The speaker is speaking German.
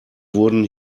wurden